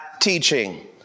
teaching